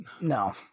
No